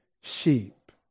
sheep